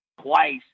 twice